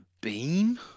Beam